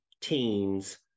teens